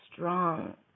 Strong